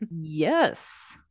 yes